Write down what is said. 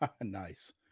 Nice